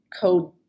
code